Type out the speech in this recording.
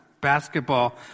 basketball